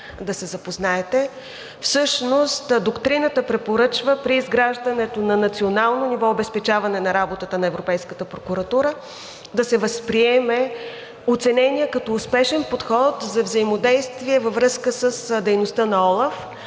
да се запознаете. Всъщност доктрината препоръчва при изграждането на национално ниво обезпечаване на работата на Европейската прокуратура да се възприеме оцененият като успешен подход за взаимодействие във връзка с дейността на ОЛАФ